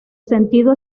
sentido